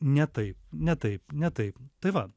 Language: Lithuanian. ne taip ne taip ne taip tai va